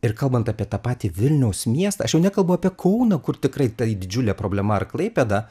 ir kalbant apie tą patį vilniaus miestą aš jau nekalbu apie kauną kur tikrai tai didžiulė problema ar klaipėda